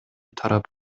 тарап